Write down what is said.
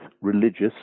religious